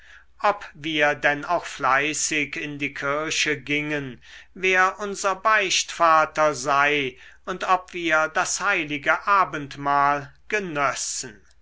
ob wir denn auch fleißig in die kirche gingen wer unser beichtvater sei und ob wir das heilige abendmahl genössen